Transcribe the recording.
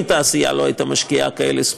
אדוני.